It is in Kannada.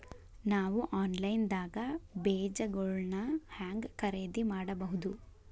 ನಾವು ಆನ್ಲೈನ್ ದಾಗ ಬೇಜಗೊಳ್ನ ಹ್ಯಾಂಗ್ ಖರೇದಿ ಮಾಡಬಹುದು?